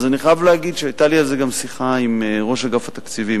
אז אני חייב להגיד שהיתה לי על כך שיחה עם ראש אגף התקציבים,